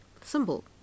symbol